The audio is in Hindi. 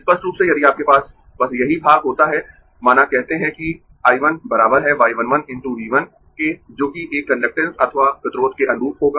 स्पष्ट रूप से यदि आपके पास बस यही भाग होता है माना कहते है कि I 1 बराबर है y 1 1 × V 1 के जोकि एक कंडक्टेन्स अथवा प्रतिरोध के अनुरूप होगा